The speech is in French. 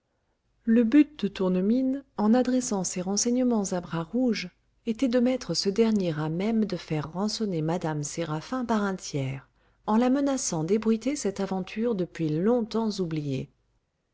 le but de tournemine en adressant ces renseignements à bras rouge était de mettre ce dernier à même de faire rançonner mme séraphin par un tiers en la menaçant d'ébruiter cette aventure depuis longtemps oubliée